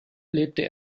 lebte